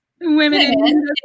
women